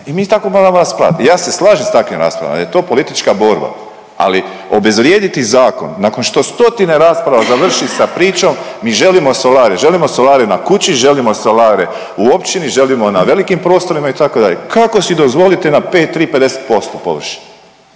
i mi tako moramo raspravljati i ja se slažem s takvim raspravama jer je to politička borba, ali obezvrijediti zakon nakon što stotine rasprava završi sa pričom mi želimo solare, želimo solare na kući, želimo solare u općini, želimo na velikim prostorima itd., kako si dozvolite na P3 50% površine,